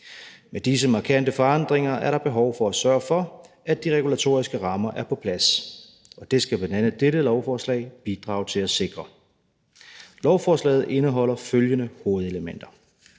Med disse markante forandringer er der behov for at sørge for, at de regulatoriske rammer er på plads. Det skal bl.a. dette lovforslag bidrage til at sikre. Lovforslaget indeholder følgende hovedelementer: